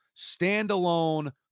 standalone